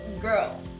girl